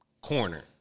corner